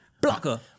blocker